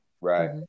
right